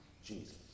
Jesus